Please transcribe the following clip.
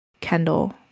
Kendall